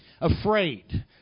Afraid